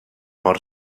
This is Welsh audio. mor